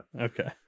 Okay